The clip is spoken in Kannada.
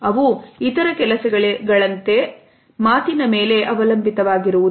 ಅವು ಇತರ ಕೆಲಸಗಳಿಗೆ ಗಳಂತೆ ಮಾತಿನ ಮೇಲೆ ಅವಲಂಬಿತವಾಗಿರುವುದು ಇಲ್ಲ